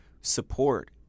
support